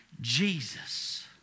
Jesus